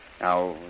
Now